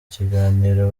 kiganiro